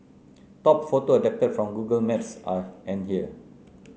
top photo adapted from Google Maps are and here